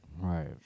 Right